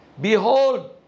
Behold